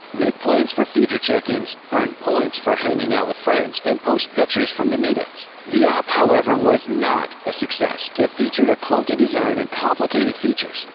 make plans for future check-ins, earn points for hanging out with friends, and post pictures from the meet ups. the app however, was not a success. it featured a clunky design and complicated features.